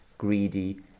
greedy